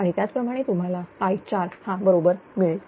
आणि त्याचप्रमाणे तुम्हाला i4 हा बरोबर मिळेल